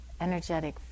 energetic